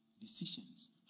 Decisions